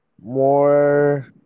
more